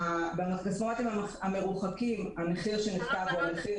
בכספומטים המרוחקים המחיר שנכתב הוא מחיר